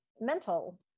mental